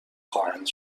خواهند